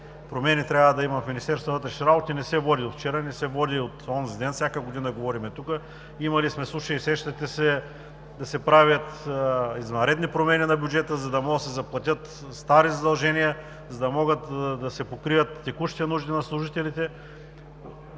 промени трябва да има в Министерството на вътрешните работи не се води от вчера, не се води от онзи ден, всяка година говорим тук. Имали сме случаи, сещате се, да се правят извънредни промени на бюджета, за да може да се изплатят стари задължения, за да се покрият текущи нужди на служителите.